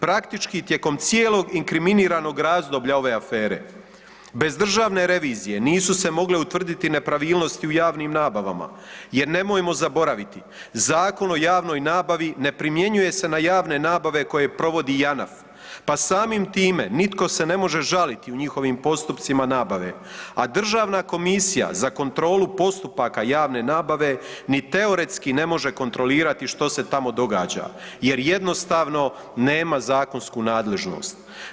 Praktički tijekom cijelog inkriminiranog razdoblja ove afere bez državne revizije nisu se mogle utvrditi nepravilnosti u javnim nabavama, jer nemojmo zaboraviti Zakon o javnoj nabavi ne primjenjuje se na javne nabave koje provodi Janaf, pa samim time nitko se ne može žaliti u njihovim postupcima nabave, a Državna komisija za kontrolu postupaka javne nabave ni teoretski ne može kontrolirati što se tamo događa jer jednostavno nema zakonsku nadležnost.